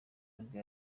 nibwo